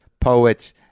poets